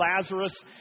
Lazarus